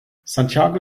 santiago